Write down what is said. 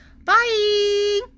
Bye